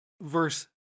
verse